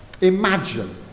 Imagine